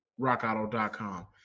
RockAuto.com